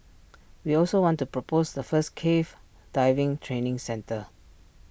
we also want to propose the first cave diving training centre